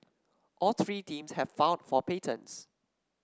all three teams have filed for patents